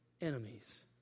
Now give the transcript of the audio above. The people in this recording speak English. enemies